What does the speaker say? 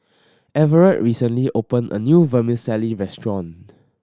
Everet recently opened a new Vermicelli restaurant